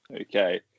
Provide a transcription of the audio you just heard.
Okay